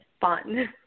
fun